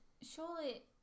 Surely